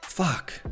fuck